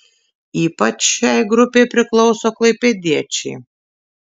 ypač šiai grupei priklauso klaipėdiečiai